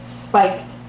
spiked